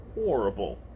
horrible